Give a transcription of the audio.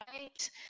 right